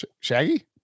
Shaggy